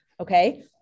Okay